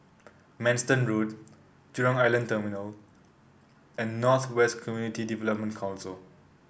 Manston Road Jurong Island Terminal and North West Community Development Council